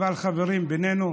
אבל, חברים, בינינו,